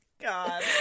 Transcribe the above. God